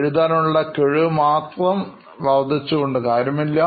എഴുതാനുള്ള കഴിവ് മാത്രം വർദ്ധിച്ചു കൊണ്ട് കാര്യമില്ല